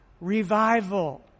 revival